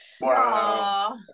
Wow